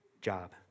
job